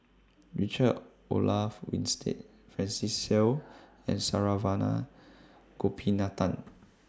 Richard Olaf Winstedt Francis Seow and Saravanan Gopinathan